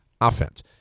Offense